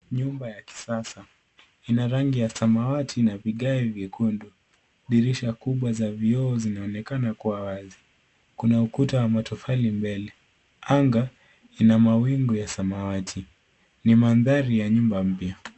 Nyumba ya kisasa ina rangi ya samawati na vigae vyekundu. Dirisha kubwa za vioo zinaonekana kuwa wazi. Kuna ukuta wa matofali mbele. Anga ina mawingu ya samawati. Ni mandhari ya nyumba mpya.